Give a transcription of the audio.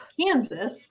Kansas